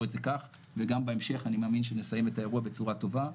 את זה כך וגם בהמשך אני מאמין שנסיים את האירוע בצורה טובה.